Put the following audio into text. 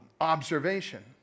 observation